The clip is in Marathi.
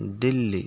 दिल्ली